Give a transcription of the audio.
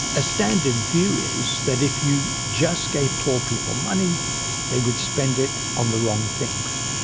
a standard view is that if you just gave poor people money they would spend it on the wrong things.